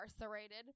incarcerated